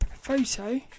photo